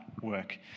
work